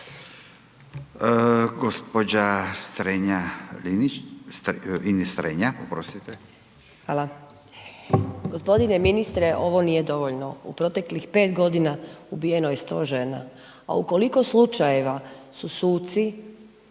G. ministre ovo nije dovoljno, u proteklih 5 godina ubijeno je 100 žena. A u koliko slučajeva su suci